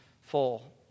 full